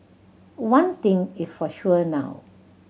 one thing is for sure now